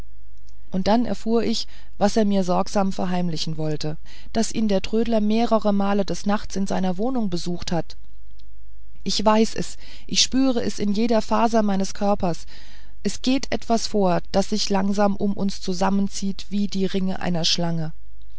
und dann erfuhr ich was er mir sorgsam verheimlichen wollte daß ihn der trödler mehrere male des nachts in seiner wohnung besucht hat ich weiß es ich spüre es in jeder faser meines körpers es geht etwas vor das sich langsam um uns zusammenzieht wie die ringe einer schlange